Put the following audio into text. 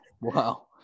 Wow